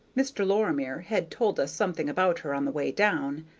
mr. lorimer had told us something about her on the way down,